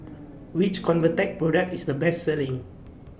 Which Convatec Product IS The Best Selling